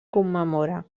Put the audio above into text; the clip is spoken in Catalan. commemora